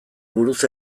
buruz